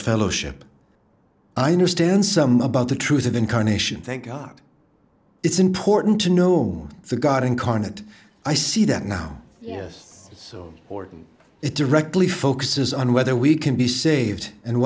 fellowship understand some about the truth of incarnation thank god it's important to know me for god incarnate i see that now so horton it directly focuses on whether we can be saved and